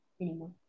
anymore